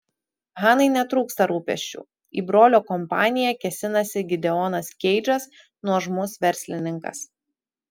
hanai netrūksta rūpesčių į brolio kompaniją kėsinasi gideonas keidžas nuožmus verslininkas